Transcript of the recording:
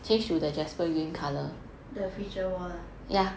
the feature wall lah